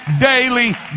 daily